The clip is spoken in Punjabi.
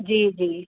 ਜੀ ਜੀ